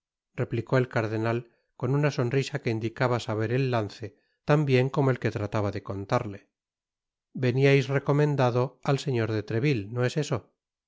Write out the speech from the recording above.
replicó el cardenal con una sonrisa que indicaba saber el lance tan bien como el que trataba de contarle veníais recomendado al señor de treville no es eso